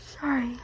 Sorry